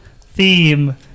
theme